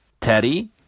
Teddy